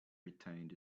retained